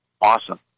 awesome